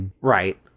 Right